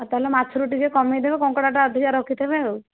ତାହେଲେ ମାଛରୁ ଟିକିଏ କମେଇଦେବେ କଙ୍କଡ଼ାଟା ଅଧିକ ରଖିଥିବେ ଆଉ